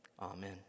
Amen